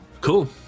Cool